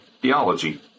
theology